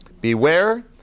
Beware